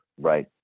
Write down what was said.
Right